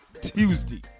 tuesday